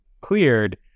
cleared